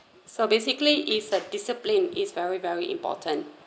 so basically is a discipline is very very important